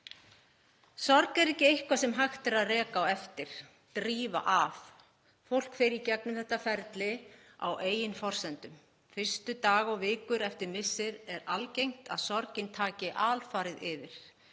Sorg er ekki eitthvað sem hægt er að reka á eftir, drífa af. Fólk fer í gegnum þetta ferli á eigin forsendum. Fyrstu daga og vikur eftir missi er algengt að sorgin taki alfarið yfir,